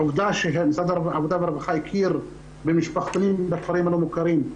עובדה שמשרד העבודה והרווחה הכיר במשפחתונים בכפרים הלא מוכרים,